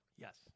Yes